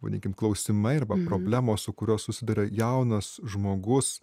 vadinkim klausimai arba problemos su kuriuo susiduria jaunas žmogus